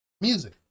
music